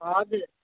हजुर